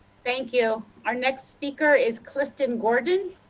thank you, our next speaker is clifton gordon.